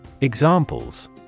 Examples